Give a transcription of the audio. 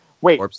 Wait